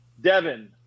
Devin